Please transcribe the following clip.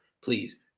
please